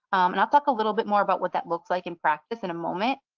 and i'll talk a little bit more about what that looks like in practice in a moment.